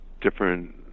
different